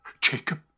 Jacob